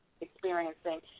experiencing